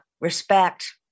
respect